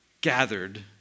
gathered